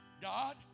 God